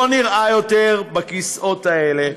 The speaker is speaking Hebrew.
לא נראה יותר בכיסאות האלה.